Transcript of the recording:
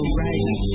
right